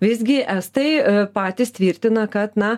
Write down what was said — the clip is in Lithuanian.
visgi estai patys tvirtina kad na